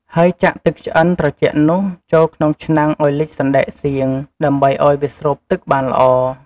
ហើយចាក់ទឹកឆ្អិនត្រជាក់នោះ ចូលក្នុងឆ្នាំងឱ្យលិចសណ្ដែកសៀង ដើម្បីឱ្យវាស្រូបទឹកបានល្អ។